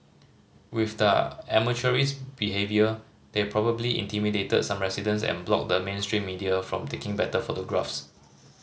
with their amateurish behaviour they probably intimidated some residents and blocked the mainstream media from taking better photographs